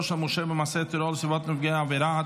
של מורשע במעשה טרור לסביבת נפגע העבירה,